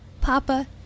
Papa